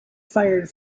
fired